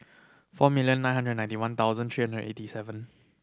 four million nine hundred ninety one thousand three hundred and eighty seven